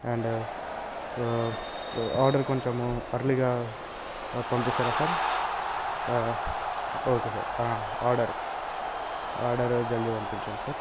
and order కొంచెము అర్లీగా పంపిస్తారా సార్ ఒక ఓకే సార్ ఆర్డర్ ఆర్డరు జల్దీ పంపించండి సార్